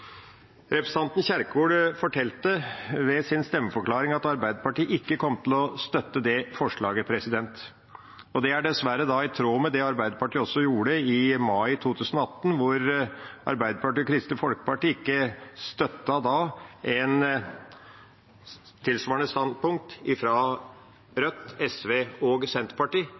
Representanten Kjerkol fortalte ved sin stemmeforklaring at Arbeiderpartiet ikke kommer til å støtte dette forslaget, og det er dessverre i tråd med det Arbeiderpartiet gjorde i mai 2018, da Arbeiderpartiet og Kristelig Folkeparti ikke støttet et tilsvarende standpunkt fra Rødt, SV og Senterpartiet.